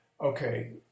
okay